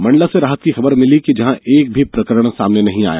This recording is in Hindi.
मंडला के राहत की खबर मिली जहां एक भी प्रकरण सामने नहीं आया